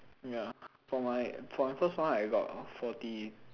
ya for my for the first one I got forty